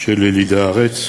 של ילידי הארץ.